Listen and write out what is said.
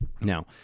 Now